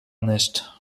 nicht